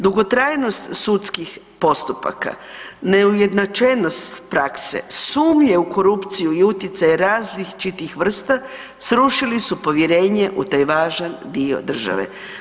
Dugotrajnost sudskih postupaka, neujednačenost prakse, sumnje u korupciju i utjecaj različitih vrsta srušili su povjerenje u taj važan dio države.